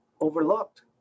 overlooked